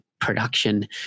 production